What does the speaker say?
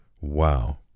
Wow